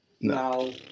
no